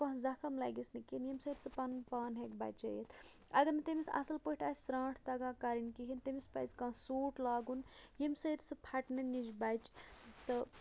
کانٛہہ زَخٕم لگیٚس نہٕ کِہیٖںٛۍ ییٚمہِ سۭتۍ سُہ پَنُن پان ہیٚکہِ بَچٲوِتھ اَگر نہٕ تٔمِس اَصٕل پٲٹھۍ آسہِ ژرٛانٛٹھ تَگان کَرٕنۍ کِہیٖنٛۍ تٔمِس پَزِ کانٛہہ سوٗٹ لاگُن ییٚمہِ سۭتۍ سُہ پھٹنہٕ نِش بَچہِ تہٕ